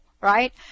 right